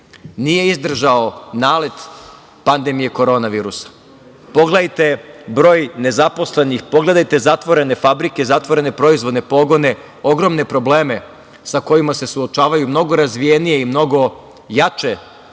nije izdržao nalet pandemije korona virusa, pogledajte broj nezaposlenih, pogledajte zatvorene fabrike, zatvorene proizvodne pogone, ogromne probleme sa kojima se suočavaju mnogo razvijenije i mnogo jače,